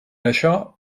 això